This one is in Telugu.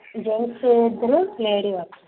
జెంట్స్ ఇద్దరు లేడి ఒకరు